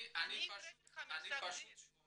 אני לא סיימתי.